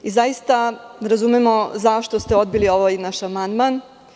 Zaista ne razumemo zašto ste odbili ovaj naš amandman.